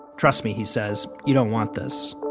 trust me, he says, you don't want this